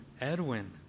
Edwin